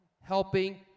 helping